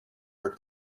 как